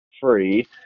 free